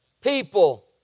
people